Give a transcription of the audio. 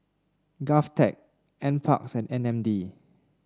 Govtech NParks and M N D